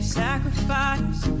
sacrifice